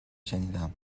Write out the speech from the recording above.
شنیدم